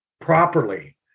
properly